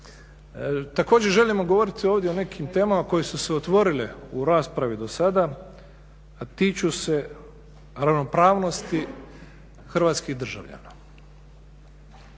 Također želimo govoriti ovdje o nekim temama koje su se otvorile u raspravi do sada, a tiču se ravnopravnosti hrvatskih državljana.